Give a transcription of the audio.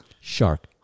Shark